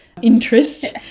interest